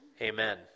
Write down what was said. amen